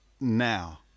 now